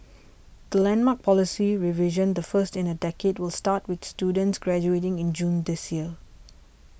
the landmark policy revision the first in a decade will start with students graduating in June this year